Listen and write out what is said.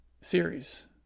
series